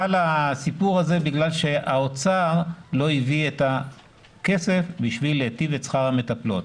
הסיפור הזה בגלל שהאוצר לא הביא את הכסף בשביל להיטיב את שכר המטפלות.